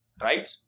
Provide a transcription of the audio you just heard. Right